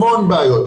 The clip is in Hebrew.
המון בעיות.